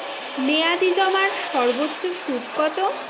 মেয়াদি জমার সর্বোচ্চ সুদ কতো?